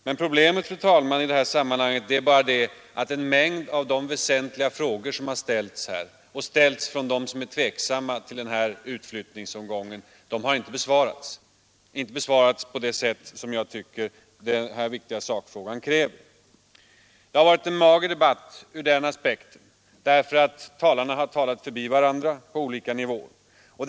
Men problemet i det här sammanhanget, fru talman, är att en mängd av de väsentliga frågor som har framställts av dem som är tveksamma till den andra utflyttningsomgången inte har besvarats på det sätt som jag tycker att denna viktiga sakfråga kräver. Det har varit en mager debatt ur den aspekten att talarna har talat förbi varandra på olika nivåer.